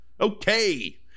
Okay